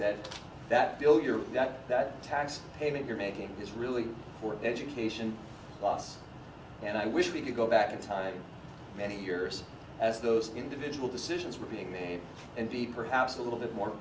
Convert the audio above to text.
year that that tax payment you're making is really for education costs and i wish we could go back to a time many years as those individual decisions were being made and be perhaps a little bit more